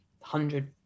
hundred